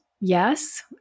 yes